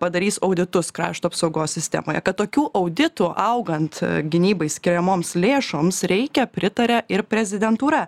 padarys auditus krašto apsaugos sistemoje kad tokių auditų augant gynybai skiriamoms lėšoms reikia pritaria ir prezidentūra